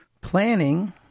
planning